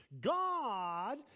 God